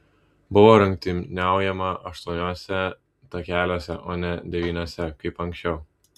buvo rungtyniaujama aštuoniuose takeliuose o ne devyniuose kaip anksčiau